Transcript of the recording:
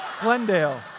Glendale